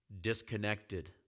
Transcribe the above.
disconnected